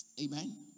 Amen